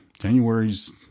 January's